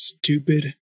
stupid